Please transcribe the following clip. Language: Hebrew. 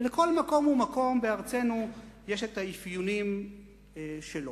ולכל מקום ומקום בארצנו יש המאפיינים שלו.